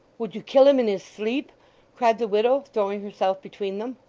would you kill him in his sleep cried the widow, throwing herself between them.